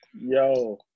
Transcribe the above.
Yo